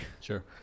Sure